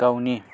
गावनि